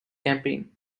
campaign